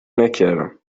نکردم